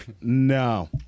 No